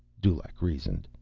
dulaq reasoned.